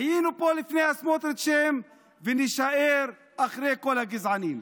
היינו פה לפני הסמוטריצ'ים ונישאר אחרי כל הגזענים.